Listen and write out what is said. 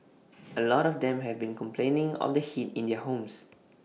A lot of them have been complaining of the heat in their homes